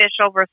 official